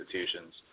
institutions